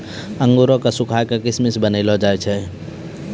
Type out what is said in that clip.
अंगूरो क सुखाय क किशमिश बनैलो जाय छै